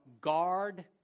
guard